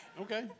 Okay